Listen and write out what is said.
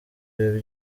ibi